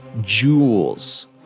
Jewels